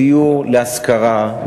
דיור להשכרה,